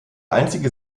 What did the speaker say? einzige